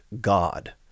God